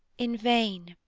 in vain,